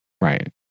right